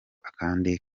akandi